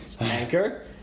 Anchor